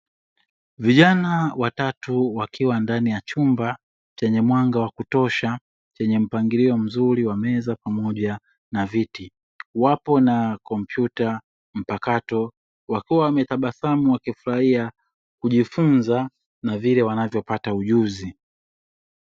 Vijana watatu wakiwa ndani ya chumba chenye mwanga wa kutosha, chenye mpangilio mzuri wa meza pamoja na viti. Wapo na kompyuta mpakato wakiwa wantabasamu na kufurahia vile wanavyopata ujuzi.